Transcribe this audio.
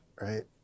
right